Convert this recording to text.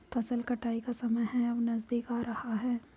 फसल कटाई का समय है अब नजदीक आ रहा है